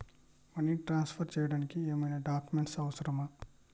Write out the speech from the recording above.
Money transfer చేయడానికి ఏమైనా documents అవసరమా?